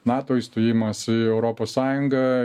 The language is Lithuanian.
nato įstojimas į europos sąjungą